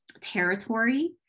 territory